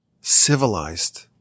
civilized